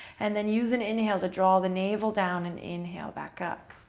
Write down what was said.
and then use an inhale to draw the navel down and inhale back up.